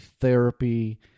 therapy